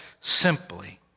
simply